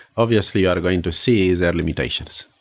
obviously you are going to see their limitations.